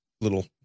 little